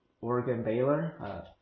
Oregon-Baylor